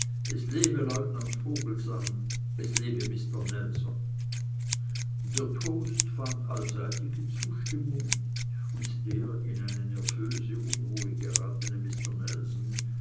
es lebe lieutenant vogelsang es lebe mister nelson der toast fand allseitige zustimmung und der in eine nervöse unruhe geratene mister